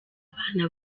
abana